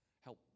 help